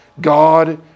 God